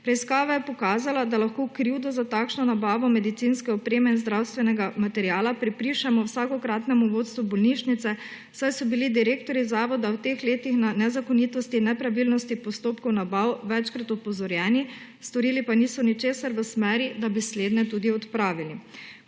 Preiskava je pokazala, da lahko krivdno za takšno nabavo medicinske opreme in zdravstvenega materiala pripišemo vsakokratnemu vodstvu bolnišnice, saj so bili direktorji zavoda v teh letih na nezakonitosti in nepravilnosti postopkov nabav večkrat opozorjeni, storili pa niso ničesar v smeri, da bi slednje tudi odpravili.